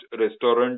Restaurant